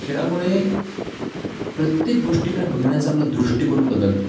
खेळामुळे प्रत्येक गोष्टीकडे बघण्याचा आपला दृष्टिकोन बदलतो